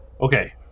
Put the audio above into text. Okay